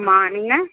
ஆமாம் நீங்கள்